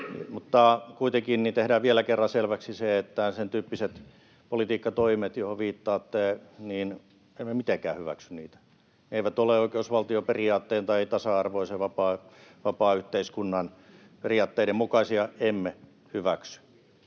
Mutta tehdään kuitenkin vielä kerran selväksi se, että sentyyppisiä politiikkatoimia, joihin viittaatte, emme mitenkään hyväksy. Ne eivät ole oikeusvaltioperiaatteen tai tasa-arvoisen, vapaan yhteiskunnan periaatteiden mukaisia. Emme hyväksy.